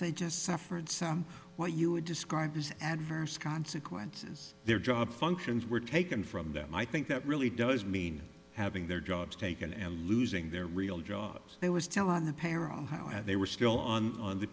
they just suffered some what you would describe as adverse consequences their job functions were taken from them i think that really does mean having their jobs taken and losing their real jobs it was telling the peril how they were still on